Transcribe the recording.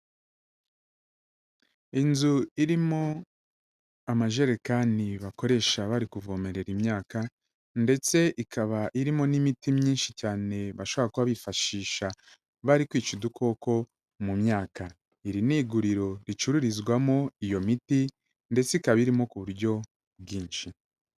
Inzu irimo amajerekani bakoresha bari kuvomerera imyaka ndetse ikaba irimo n'imiti myinshi cyane, bashobora kuba bifashisha bari kwica udukoko mu myaka, iri ni iguriro ricururizwamo iyo miti ndetse ikaba irimo ku buryo bwinshi.